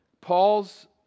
Paul's